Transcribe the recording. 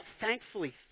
thankfully